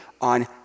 on